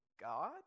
God